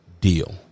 deal